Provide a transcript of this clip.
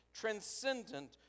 transcendent